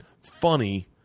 funny